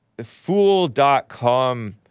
fool.com